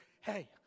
Hey